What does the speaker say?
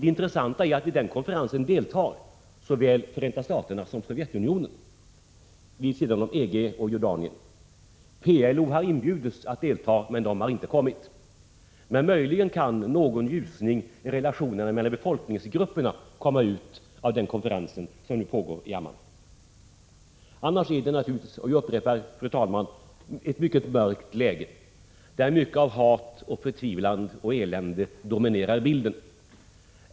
Det intressanta är att såväl Förenta Staterna som Sovjetunionen, vid sidan av EG och Jordanien, deltar i konferensen. PLO har inbjudits att delta men har inte skickat representanter. Möjligen kan konferensen i Amman leda till en ljusning i relationerna mellan befolkningsgrupperna. Annars — jag upprepar det, fru talman — är läget naturligtvis mörkt, där hat, förtvivlan och elände dominerar bilden.